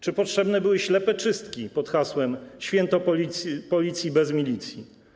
Czy potrzebne były ślepe czystki pod hasłem: święto Policji bez milicji?